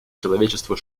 человечеству